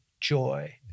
joy